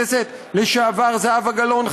חברת הכנסת לשעבר זהבה גלאון,